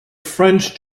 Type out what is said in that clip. french